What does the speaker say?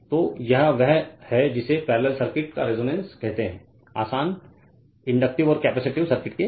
तो यह वह है जिसे पैरेलल सर्किट का रेजोनेंस कहते है आसान इंडक्टिव और कैपेसिटिव सर्किट के साथ